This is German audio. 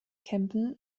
kempen